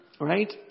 right